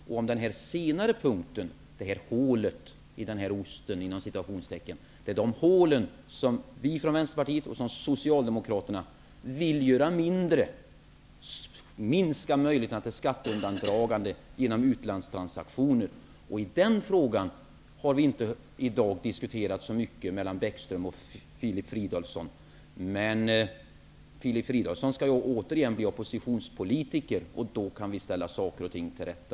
Det är om den senare punkten som vi från Vi vill göra ''hålen i osten'' mindre. Vi vill minska möjligheterna till skatteundandragande genom utlandstransaktioner. I den frågan har det inte diskuterats så mycket i dag mellan Lars Bäckström och Filip Fridolfsson. Men Filip Fridolfsson skall återigen bli oppositionspolitiker och då kan vi ställa saker och ting till rätta.